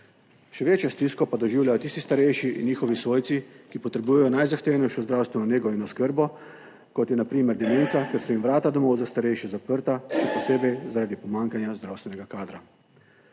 Še večjo stisko pa doživljajo tisti starejši in njihovi svojci, ki potrebujejo najzahtevnejšo zdravstveno nego in oskrbo, kot je na primer demenca, ker so jim vrata domov za starejše zaprta, še posebej zaradi pomanjkanja zdravstvenega kadra.